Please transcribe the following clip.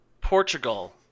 Portugal